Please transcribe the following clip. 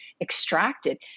extracted